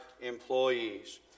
employees